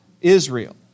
Israel